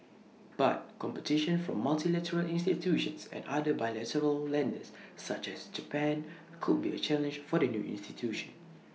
but competition from multilateral institutions and other bilateral lenders such as Japan could be A challenge for the new institution